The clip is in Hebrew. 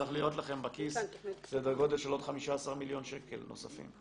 צריך להיות לכם בכיס סדר גודל של עוד 15 מיליון שקל נוספים,